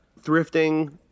thrifting